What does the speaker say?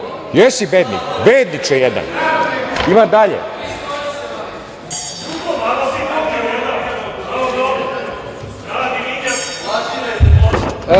Jesi bednik. Bedniče jedan. Ima dalje.